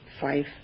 five